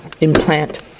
implant